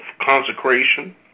consecration